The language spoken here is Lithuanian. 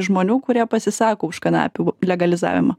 žmonių kurie pasisako už kanapių legalizavimą